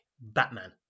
Batman